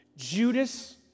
Judas